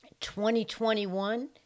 2021